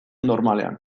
normalean